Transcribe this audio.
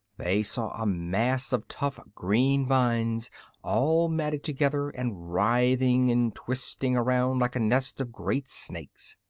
they saw a mass of tough green vines all matted together and writhing and twisting around like a nest of great snakes.